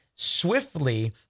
swiftly